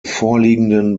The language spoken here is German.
vorliegenden